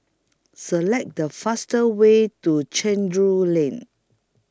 Select The fastest Way to Chencharu Lane